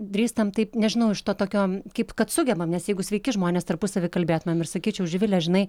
drįstam taip nežinau iš to tokio kaip kad sugebam nes jeigu sveiki žmonės tarpusavy kalbėtumėm ir sakyčiau živile žinai